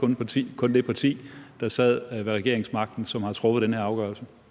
kun var Socialdemokratiet, der sad med regeringsmagten, som har truffet den her afgørelse.